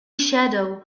shadow